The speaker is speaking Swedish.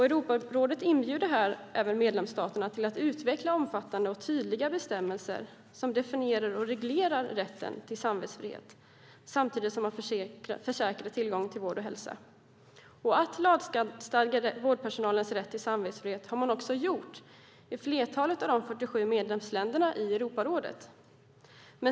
Europarådet inbjuder även medlemsstaterna till att utveckla omfattande och tydliga bestämmelser som definierar och reglerar rätten till samvetsfrihet samtidigt som tillgången till vård och hälsa säkras. Att lagstadga vårdpersonalens rätt till samvetsfrihet har man också gjort i flertalet av de 47 medlemsländerna i Europarådet.